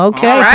Okay